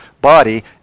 body